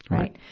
right.